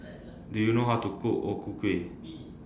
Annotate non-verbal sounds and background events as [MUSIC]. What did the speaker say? [NOISE] Do YOU know How to Cook O Ku Kueh [NOISE]